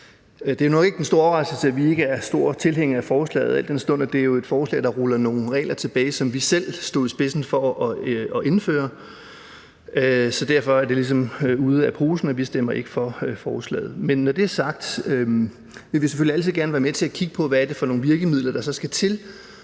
Det er nu ikke den store overraskelse, at vi ikke er store tilhængere af forslaget, al den stund at det jo er et forslag, der ruller nogle regler tilbage, som vi selv stod i spidsen for at indføre. Så derfor er det ligesom ude af posen, at vi ikke stemmer for forslaget. Men når det er sagt, vil vi selvfølgelig altid gerne være med til at kigge på, hvad det er for nogle virkemidler, der så skal til,